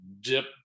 dip